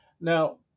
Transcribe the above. Now